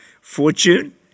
fortune